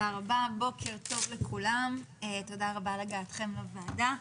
בוקר טוב לכולם, תודה רבה על הגעתכם לוועדה.